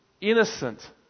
Innocent